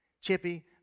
Chippy